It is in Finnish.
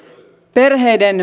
perheiden